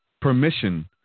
permission